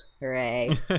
hooray